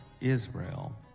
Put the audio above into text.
Israel